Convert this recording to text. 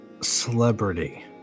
Celebrity